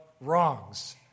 wrongs